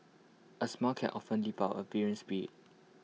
A smile can often lift up A weary